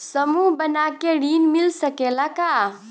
समूह बना के ऋण मिल सकेला का?